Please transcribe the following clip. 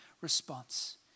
response